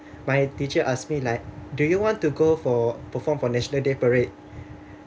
my teacher ask me like do you want to go for perform for national day parade